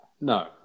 No